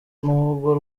n’ubwo